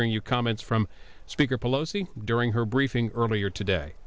bring you comments from speaker pelosi during her briefing earlier today